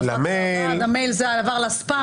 אומרים שעבר לספאם.